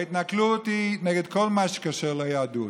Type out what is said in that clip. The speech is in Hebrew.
ההתנכלות היא נגד כל מה שקשור ליהדות.